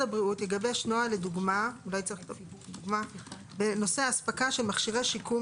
הבריאות יגבש נוהל לדוגמה בנושא אספקה של מכשירי שיקום